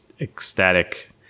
ecstatic